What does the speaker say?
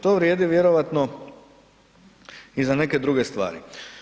To vrijedi vjerojatno i za neke druge stvari.